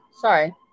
Sorry